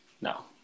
No